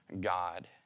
God